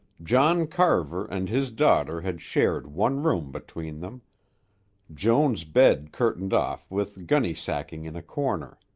john carver and his daughter had shared one room between them joan's bed curtained off with gunny-sacking in a corner.